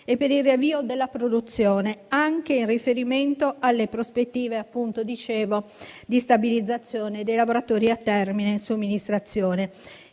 per il riavvio della produzione, anche in riferimento alle prospettive di stabilizzazione dei lavoratori a termine in somministrazione.